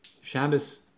Shabbos